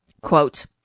Quote